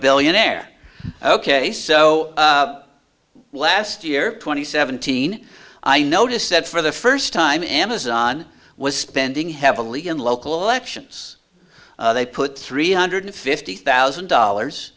billionaire ok so last year twenty seventeen i noticed that for the first time amazon was spending heavily in local elections they put three hundred fifty thousand dollars